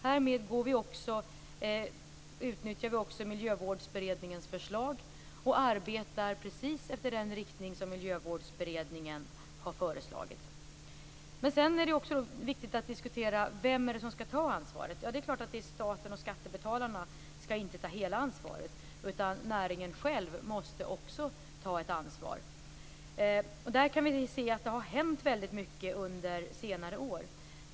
Härmed utnyttjar vi också Miljövårdsberedningens förslag och arbetar precis i den riktning som Miljövårdsberedningen har föreslagit. Sedan är det också viktigt att diskutera vem som skall ta ansvaret. Det är klart att staten och skattebetalarna inte skall ta hela ansvaret, utan näringen själv måste också ta ett ansvar. Vi kan se att det har hänt mycket under senare år.